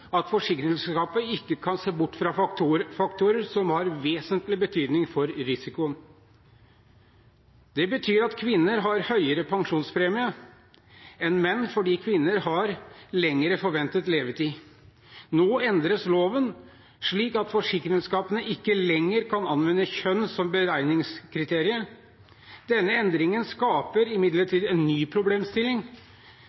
at forsikringsselskaper ikke kan se bort fra faktorer som har vesentlig betydning for risikoen. Det betyr at kvinner har høyere pensjonspremie enn menn fordi kvinner har lengre forventet levetid. Nå endres loven slik at forsikringsselskapene ikke lenger kan anvende kjønn som beregningskriterium. Denne endringen skaper